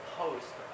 post